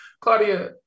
Claudia